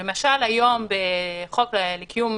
למשל היום בחוק לקיום